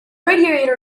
radiator